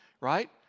right